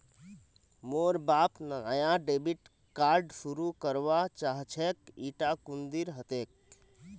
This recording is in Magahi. मोर बाप नाया डेबिट कार्ड शुरू करवा चाहछेक इटा कुंदीर हतेक